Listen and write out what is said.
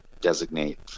designate